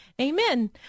Amen